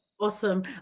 Awesome